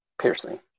Piercing